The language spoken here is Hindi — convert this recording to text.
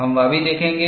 हम वह भी देखेंगे